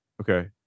Okay